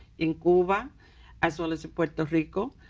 in cuba as well as puerto rico,